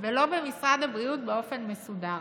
ולא במשרד הבריאות באופן מסודר.